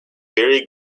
vary